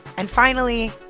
and finally,